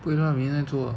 做